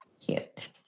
Cute